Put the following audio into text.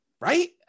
Right